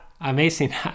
amazing